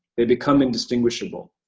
they become indistinguishable.